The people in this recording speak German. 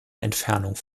entfernung